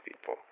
people